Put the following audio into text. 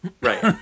Right